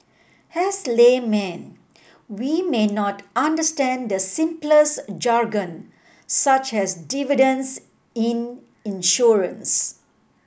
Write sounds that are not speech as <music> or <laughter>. as laymen we may not understand the <unintelligible> jargon such as dividends in insurance